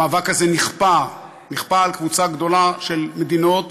המאבק הזה נכפה, נכפה על קבוצה גדולה של מדינות